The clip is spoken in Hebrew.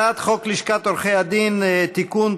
הצעת חוק לשכת עורכי הדין (תיקון,